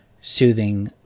soothing